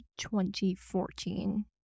2014